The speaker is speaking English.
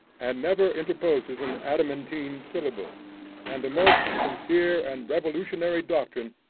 and never interposes an adamantine syllable and the most sincere and revolutionary doctrine,